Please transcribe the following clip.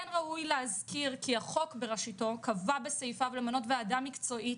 כן ראוי להזכיר כי החוק בראשיתו קבע בסעיפיו למנות ועדה מקצועית